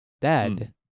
Dad